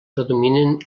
predominen